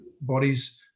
bodies